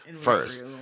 first